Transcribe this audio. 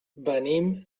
venim